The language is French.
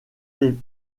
les